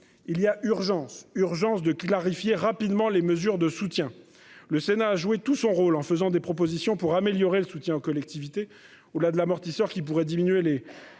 il y a urgence, urgence de qui clarifier rapidement les mesures de soutien. Le Sénat a jouer tout son rôle en faisant des propositions pour améliorer le soutien aux collectivités ou la de l'amortisseur qui pourrait diminuer les